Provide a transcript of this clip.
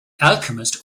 alchemist